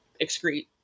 excrete